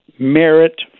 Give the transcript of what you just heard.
merit